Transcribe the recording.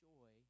Joy